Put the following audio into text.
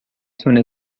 تونه